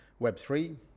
Web3